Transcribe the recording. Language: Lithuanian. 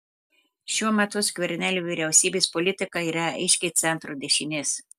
šiuo metu skvernelio vyriausybės politika yra aiškiai centro dešinės